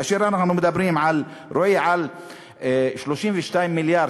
כאשר אנחנו מדברים על 32 מיליארד,